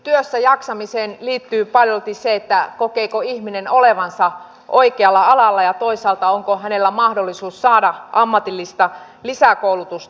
työssäjaksamiseen liittyy paljolti se kokeeko ihminen olevansa oikealla alalla ja toisaalta onko hänellä mahdollisuus saada ammatillista lisäkoulutusta